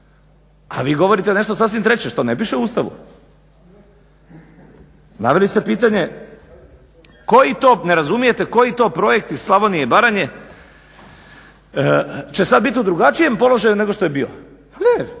A vi govorite nešto sasvim treće što ne piše u Ustavu. Naveli ste pitanje, ne razumijte koji to projekt iz Slavonije i Baranje će sad biti u drugačijem položaju nego što je bio. Mi ne